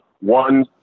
one